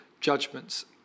judgments